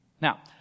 Now